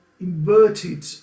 inverted